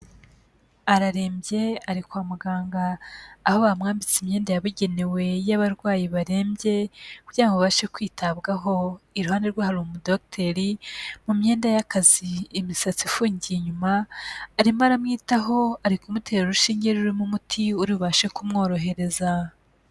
Ararembye ari kwa muganga aho bamwambitse imyenda yabugenewe y'abarwayi barembye kugira ngo abashe kwitabwaho. Iruhande rwe hari umudogiteri mu myenda y'akazi, imisatsi ifungiye inyuma, arimo aramwitaho, ari kumutera urushinge rurimo umuti uri bubashe kumworohereza.